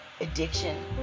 addiction